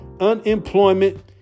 unemployment